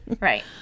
right